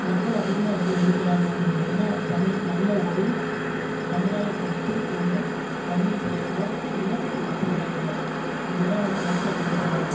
மக்கள் அதிகமாக எதை விரும்புறாங்க அப்படின்னு கேட்டினா தமிழ் நல்ல ஒரு சமுதாயக்கருத்து உள்ள தமிழ் திரைப்படம் இல்லை மற்ற திரைப்படம் இது தான் வந்து மக்கள் விரும்புறாங்க